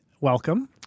Welcome